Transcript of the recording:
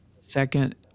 second